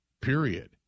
period